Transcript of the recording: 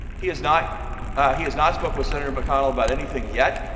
he's not he's not spoken with senator mcconnell about anything yet.